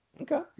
Okay